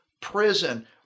prison